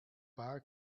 bar